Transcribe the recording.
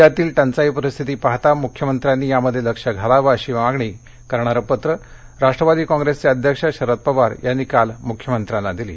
राज्यातील टंचाई परिस्थिती पाहता मुख्यमंत्र्यांनी यामध्ये लक्ष घालावं अशी मागणी करणारं पत्र राष्ट्रवादी काँग्रेसचे अध्यक्ष शरद पवार यांनी काल मुख्यमंत्र्याना दिलं